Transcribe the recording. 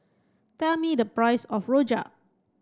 tell me the price of Rojak